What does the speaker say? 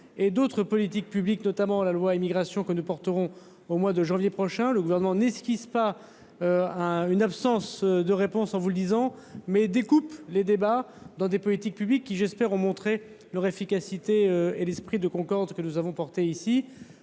et d'autres politiques publiques notamment la loi immigration que ne porteront au mois de janvier prochain, le gouvernement n'esquisse pas un une absence de réponse en vous le disant mais découpe les débats dans des politiques publiques qui, j'espère, ont montré leur efficacité et l'esprit de Concorde que nous avons porté ici,